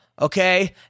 Okay